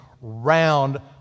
round